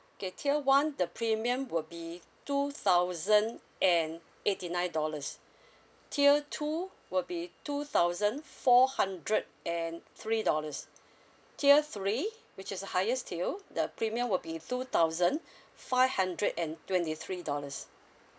okay tier one the premium will be two thousand and eighty nine dollars tier two will be two thousand four hundred and three dollars tier three which is the highest tier the premium will be two thousand five hundred and twenty three dollars